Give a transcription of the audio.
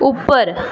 उप्पर